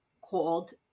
called